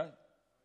די.